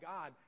God